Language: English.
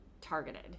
targeted